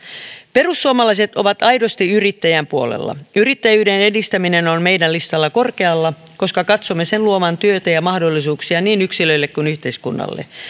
perussuomalaiset ovat aidosti yrittäjän puolella yrittäjyyden edistäminen on meidän listallamme korkealla koska katsomme sen luovan työtä ja mahdollisuuksia niin yksilöille kuin yhteiskunnalle